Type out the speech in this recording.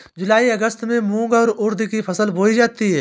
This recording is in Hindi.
जूलाई अगस्त में मूंग और उर्द की फसल बोई जाती है